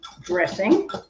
dressing